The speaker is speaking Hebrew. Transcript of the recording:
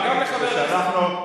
סליחה,